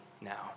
now